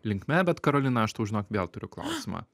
linkme bet karolina aš tau žinok vėl turiu klausimą